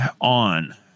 on